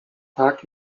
tak